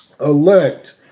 elect